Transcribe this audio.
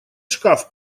шкаф